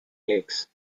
lakes